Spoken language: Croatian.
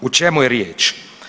O čemu je riječ?